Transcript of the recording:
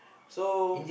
so